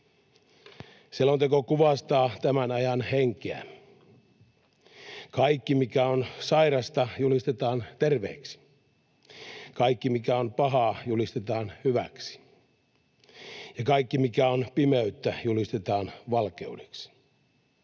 Selonteko kuvastaa tämän ajan henkeä: kaikki, mikä on sairasta, julistetaan terveeksi; kaikki, mikä on pahaa, julistetaan hyväksi; ja kaikki, mikä on pimeyttä, julistetaan valkeudeksi.